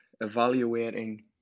evaluating